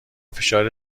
فشار